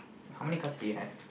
how many cards do you have